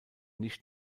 nicht